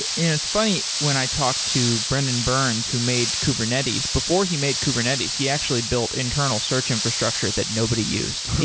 it's funny, when i talked to brendan burns, who made kubernetes. before he made kubernetes, he actually built internal search infrastructure that nobody used.